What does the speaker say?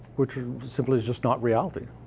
which simply is just not reality.